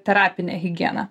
terapinė higiena